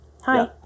Hi